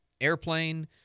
Airplane